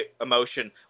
emotion